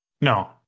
No